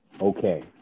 Okay